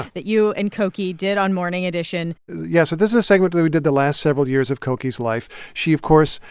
that you and cokie did on morning edition yeah, so this is a segment that we did the last several years of cokie's life. she, of course,